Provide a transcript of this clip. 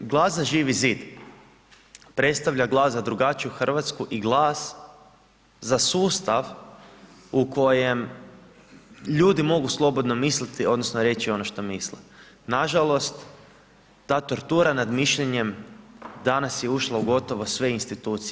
Glas za Živi zid predstavlja glas za drugačiju Hrvatsku i glas za sustav u kojem ljudi mogu slobodno misliti odnosno reći ono što misle, nažalost ta tortura nad mišljenjem danas je ušla u gotovo sve institucije.